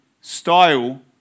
style